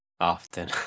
Often